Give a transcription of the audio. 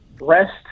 rest